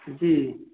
जी